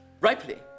Rightly